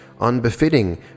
unbefitting